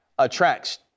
attracts